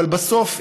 אבל בסוף,